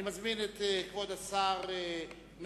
אני מזמין את כבוד השר מרגי,